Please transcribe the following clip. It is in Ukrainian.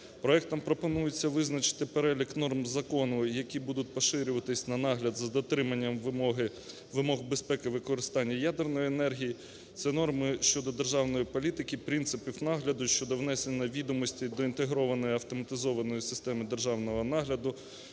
Проектом пропонується визначити перелік норм закону, які будуть поширюватись на нагляд за дотриманням вимог безпеки використання ядерної енергії. Це норми щодо державної політики, принципів нагляду, щодо внесення відомостей до інтегрованої автоматизованої системи державного нагляду,